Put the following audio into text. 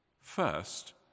First